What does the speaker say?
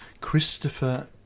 Christopher